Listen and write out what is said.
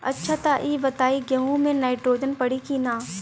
अच्छा त ई बताईं गेहूँ मे नाइट्रोजन पड़ी कि ना?